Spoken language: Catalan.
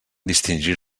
distingir